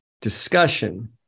discussion